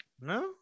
No